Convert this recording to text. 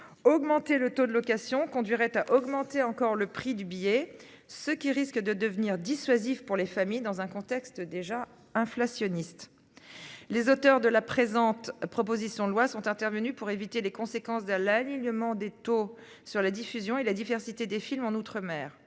augmenter le taux de location conduirait à augmenter encore le prix du billet, ce qui risque de devenir dissuasif pour les familles dans un contexte déjà inflationniste. Les auteurs de la présente, proposition de loi sont intervenus pour éviter les conséquences de l'alignement des taux sur la diffusion et la diversité des films en outre-mer